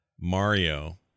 Mario